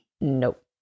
Nope